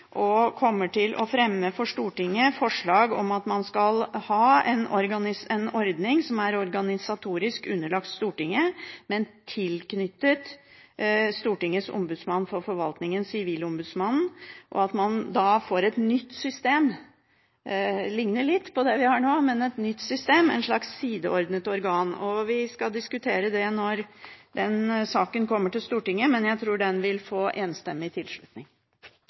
og kommer til å fremme for Stortinget forslag om at man skal ha en ordning som er organisatorisk underlagt Stortinget, men tilknyttet Stortingets ombudsmann for forvaltningen, Sivilombudsmannen. Da får man et nytt system – det ligner litt på det vi har nå – et slags sideordnet organ. Vi skal diskutere det når den saken kommer til Stortinget, men jeg tror den vil få enstemmig tilslutning.